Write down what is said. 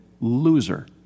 loser